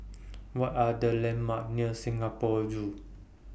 What Are The landmarks near Singapore Zoo